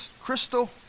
crystal